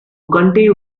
continue